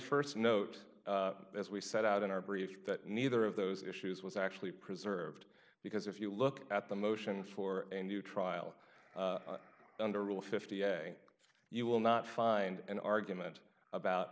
may st note as we set out in our brief that neither of those issues was actually preserved because if you look at the motions for a new trial under rule fifty a you will not find an argument about